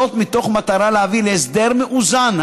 זאת מתוך מטרה להביא להסדר מאוזן,